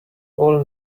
all